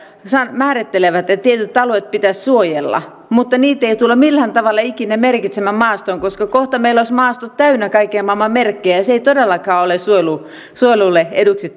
määrittelevät että tietyt alueet pitäisi suojella mutta niitä ei tulla millään tavalla ikinä merkitsemään maastoon koska kohta meillä olisi maastot täynnä kaiken maailman merkkejä ja tämmöinen asia ei todellakaan ole suojelulle eduksi